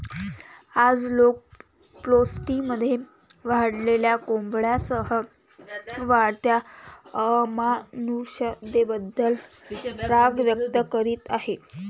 आज, लोक पोल्ट्रीमध्ये वाढलेल्या कोंबड्यांसह वाढत्या अमानुषतेबद्दल राग व्यक्त करीत आहेत